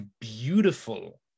beautiful